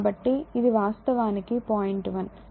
కాబట్టి ఇది వాస్తవానికి పాయింట్ 1